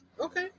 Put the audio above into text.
Okay